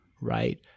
right